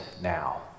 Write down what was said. now